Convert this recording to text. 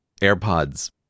AirPods